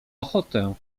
ochotę